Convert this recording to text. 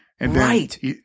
Right